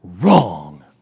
wrong